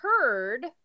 heard